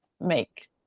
make